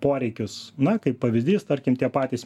poreikius na kaip pavyzdys tarkim tie patys